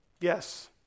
Yes